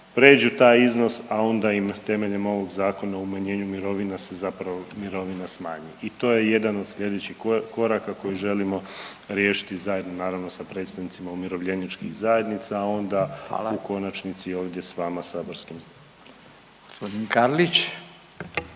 pređu taj iznos a onda im temeljem ovog Zakona o umanjenju mirovina se zapravo mirovina smanji i to je jedan od slijedećih koraka koji želimo riješiti zajedno naravno sa predstavnicima umirovljeničkih zajednica, a onda u konačnici ovdje s vama saborskim.